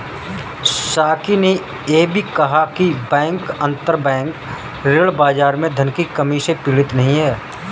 साकी ने यह भी कहा कि बैंक अंतरबैंक ऋण बाजार में धन की कमी से पीड़ित नहीं हैं